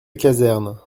caserne